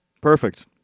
Perfect